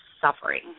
suffering